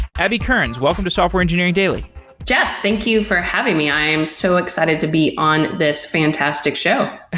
abby kearns, welcome to software engineering daily jeff, thank you for having me. i'm so excited to be on this fantastic show